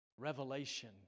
revelation